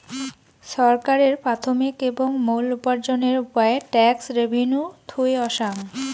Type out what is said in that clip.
ছরকারের প্রাথমিক এবং মুল উপার্জনের উপায় ট্যাক্স রেভেন্যু থুই অসাং